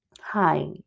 Hi